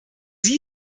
sie